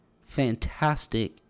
fantastic